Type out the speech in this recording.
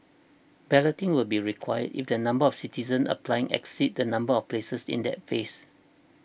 balloting will be required if the number of citizens applying exceeds the number of places in that phase